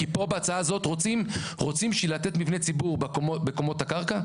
כי פה בהצעה הזאת רוצים בשביל לתת מבנה ציבור בקומות הקרקע.